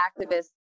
activists